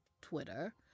Twitter